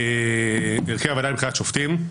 הרכב הוועדה לבחירת שופטים.